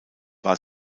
war